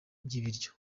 by’ibiryo